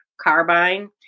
Carbine